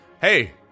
hey